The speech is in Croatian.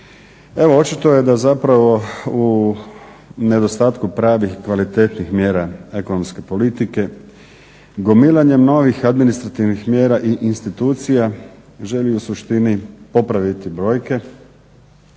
očito je da zapravo u nedostatku pravih i kvalitetnih mjera ekonomske politike gomilanjem novih administrativnih mjera i institucija želi u suštini popraviti brojke